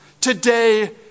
today